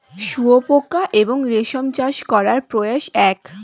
শুয়োপোকা এবং রেশম চাষ করার প্রসেস এক